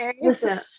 listen